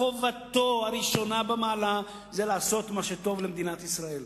חובתו הראשונה במעלה זה לעשות מה שטוב למדינת ישראל,